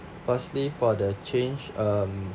firstly for the change um